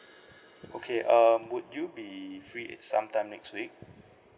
okay um would you be free if sometime next week